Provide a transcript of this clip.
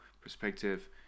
perspective